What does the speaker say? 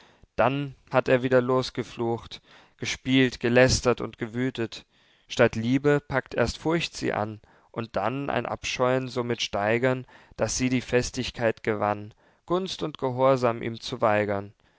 dann hatt er wieder losgeflucht gespielt gelästert und gewüthet statt liebe packt erst furcht sie an und dann ein abscheun so mit steigern daß sie die festigkeit gewann gunst und gehorsam ihm zu weigern